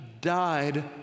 died